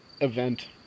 event